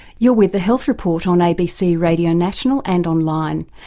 you're with the health report on abc radio national and online,